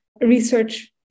research